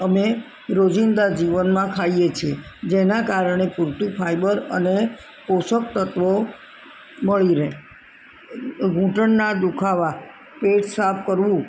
અમે રોજિંદા જીવનમાં ખાઈએ છીએ જેના કારણે પૂરતું ફાયબર અને પોષક તત્વો મળી રહે ઘુંટણના દુખાવા પેટ સાફ કરવું